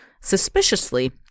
Suspiciously